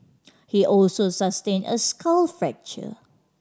he also sustained a skull fracture